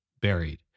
buried